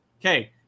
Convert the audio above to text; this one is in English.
okay